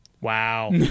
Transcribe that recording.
Wow